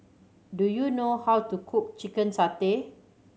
do you know how to cook chicken satay